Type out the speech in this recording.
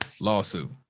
Lawsuit